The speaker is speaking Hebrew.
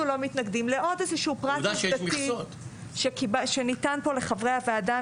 אנחנו לא מתנגדים לעוד איזשהו פרט עובדתי שניתן פה לחברי הוועדה,